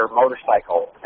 motorcycle